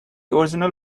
original